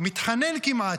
מתחנן כמעט,